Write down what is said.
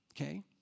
Okay